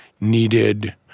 needed